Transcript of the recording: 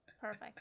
perfect